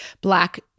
black